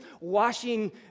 washing